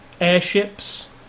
Airships